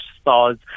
stars